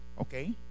Okay